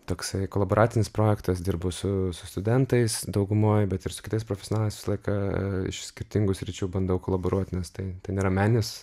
toksai kolaboracinis projektas dirbu su su studentais daugumoj bet ir su kitais profesionalais visą laiką iš skirtingų sričių bandau kolaboruot nes tai tai nėra meninis